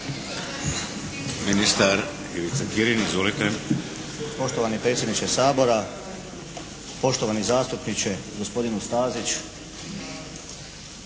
**Kirin, Ivica (HDZ)** Poštovani predsjedniče Sabora, poštovani zastupniče gospodine Stazić.